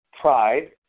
pride